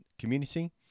community